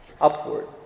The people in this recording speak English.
upward